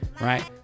Right